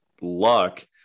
luck